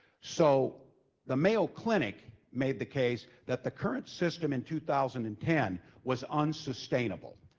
so the mayo clinic made the case that the current system in two thousand and ten was unsustainable.